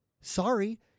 Sorry